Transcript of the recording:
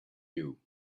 you